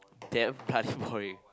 that plus point